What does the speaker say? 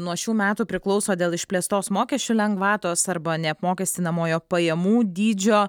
nuo šių metų priklauso dėl išplėstos mokesčių lengvatos arba neapmokestinamojo pajamų dydžio